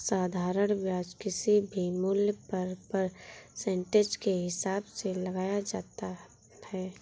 साधारण ब्याज किसी भी मूल्य पर परसेंटेज के हिसाब से लगाया जाता है